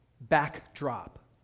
backdrop